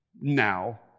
now